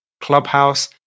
Clubhouse